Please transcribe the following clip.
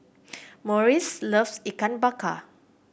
Maurice loves Ikan Bakar